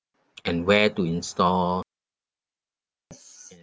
and where to install and